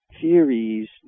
theories